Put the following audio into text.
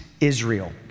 Israel